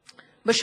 בבקשה,